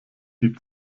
die